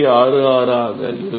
66 ஆக இருக்கும்